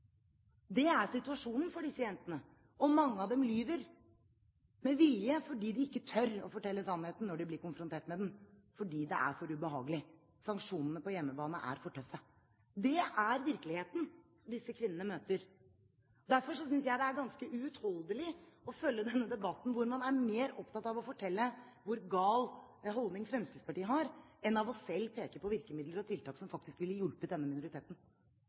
Det er situasjonen for disse jentene. Mange av dem lyver med vilje fordi de ikke tør å fortelle sannheten når de blir konfrontert med den, fordi det er for ubehagelig, sanksjonene på hjemmebane er for tøffe. Det er virkeligheten disse kvinnene møter. Derfor synes jeg det er ganske uutholdelig å følge denne debatten, der man er mer opptatt av å fortelle hvor gal holdning Fremskrittspartiet har, enn av selv å peke på virkemidler og tiltak som faktisk ville hjulpet denne minoriteten,